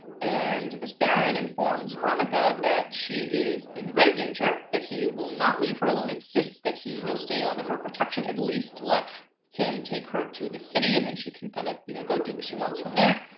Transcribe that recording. and this baron informs veronica that she is in grave danger, that he will not leave her alone, insists that he you know stay under her protection, at least let him take her to the city and then she can kind of you know go do what she wants from there.